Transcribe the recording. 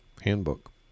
handbook